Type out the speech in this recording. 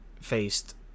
faced